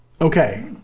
Okay